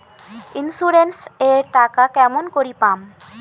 Insurance এর টাকা কেমন করি পাম?